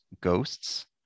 ghosts